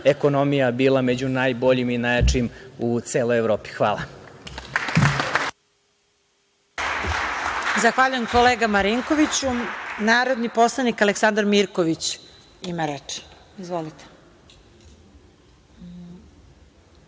ekonomija bila među najboljim i najjačim u celoj Evropi. Hvala.